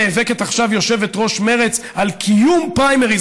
נאבקת עכשיו יושבת-ראש מרצ על קיום פריימריז.